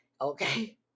okay